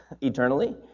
eternally